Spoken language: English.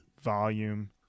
volume